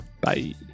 Bye